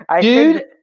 Dude